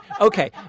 Okay